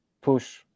push